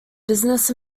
business